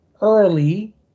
early